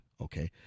Okay